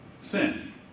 sin